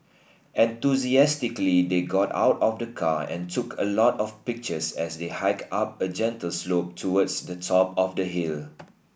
enthusiastically they got out of the car and took a lot of pictures as they hiked up a gentle slope towards the top of the hill